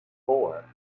four